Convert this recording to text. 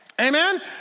amen